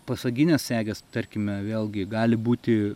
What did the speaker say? pasaginės segės tarkime vėlgi gali būti